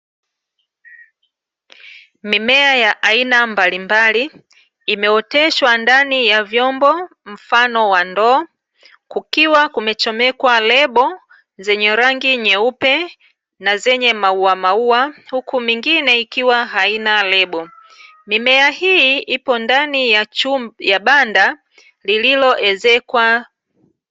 Mimea ya aina mbali mbali imeoteshwa ndani ya vyombo mfano wa ndoo, kukiwa kumechomekwa lebo zenye rangi nyeupe na zenye mauamaua, huku mingine ikiwa haina lebo, mimea hii ipo ndani ya banda lililo ezekwa.